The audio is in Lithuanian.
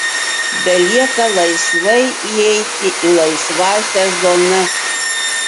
belieka laisvai įeiti į laisvąsias zonas